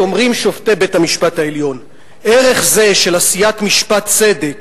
אומרים שופטי בית-המשפט העליון: "ערך זה של עשיית משפט צדק,